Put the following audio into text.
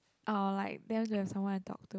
I will like because there's someone to talk to